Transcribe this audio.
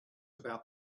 about